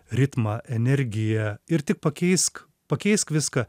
ritmą energiją ir tik pakeisk pakeisk viską